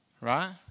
Right